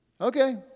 Okay